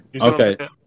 Okay